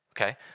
Okay